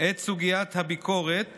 את סוגיית הביקורת